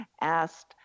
asked